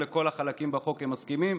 ולא לכל החלקים בחוק הם מסכימים,